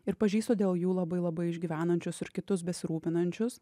ir pažįstu dėl jų labai labai išgyvenančius ir kitus besirūpinančius